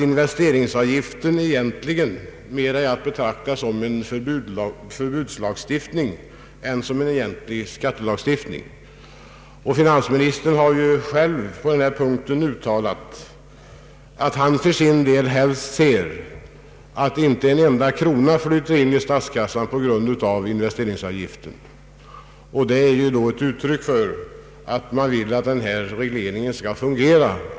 Investeringsavgiften är nämligen mera att betrakta som en förbudslagstiftning än som en egentlig skattelagstiftning. Finansministern har själv i denna fråga uttalat att han för sin del helst ser att inte en enda krona flyter in i statskassan på grund av investeringsavgiften. Detta får anses vara ett uttryck för att man vill att den här regleringen skall fungera.